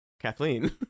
Kathleen